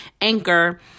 anchor